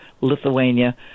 Lithuania